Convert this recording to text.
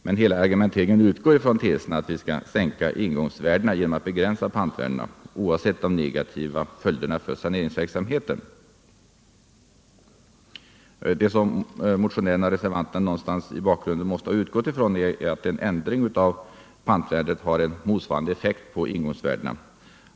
Men hela argumenteringen utgär från tesen att vi skall sänka ingångsvärdena genom att begränsa pantvärdena — oavsett de negativa följderna för saneringsverksamheten. Det som motionärerna och reservanterna någonstans i bakgrunden måste ha utgått från är att en ändring av pantvärdet har en motsvarande effekt på ingångsvärdena.